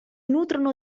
nutrono